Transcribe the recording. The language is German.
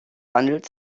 handelt